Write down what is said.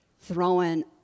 throwing